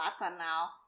now